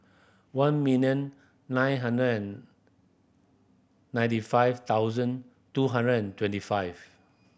one million nine hundred and ninety five thousand two hundred and twenty five